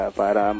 para